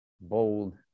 bold